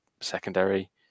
secondary